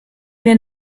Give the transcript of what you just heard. mir